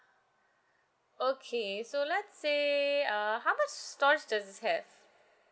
okay so let's say uh how much storage does it has